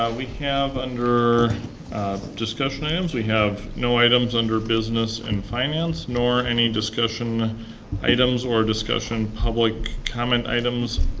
we have under discussion items, we have no items under business and finance, nor any discussion items, or discussion public comment items.